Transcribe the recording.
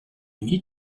need